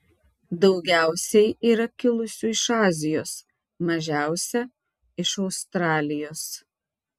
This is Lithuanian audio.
daugiausiai yra kilusių iš azijos mažiausia iš australijos